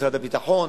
משרד הביטחון,